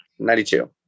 92